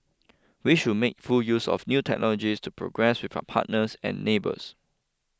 we should make full use of new technologies to progress with our partners and neighbours